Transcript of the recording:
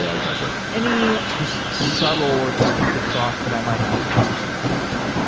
yeah exactly any just subtle or distinctive thoughts that i might not hear from someone else?